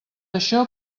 això